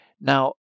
Now